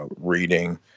reading